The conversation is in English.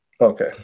Okay